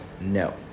No